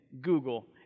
Google